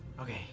Okay